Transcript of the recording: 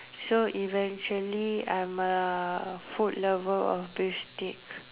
so eventually I'm a food lover of beef steak